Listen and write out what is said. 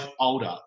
older